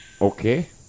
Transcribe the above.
Okay